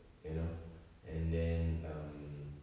you know and then um